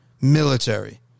military